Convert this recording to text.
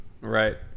Right